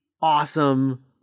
awesome –